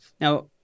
Now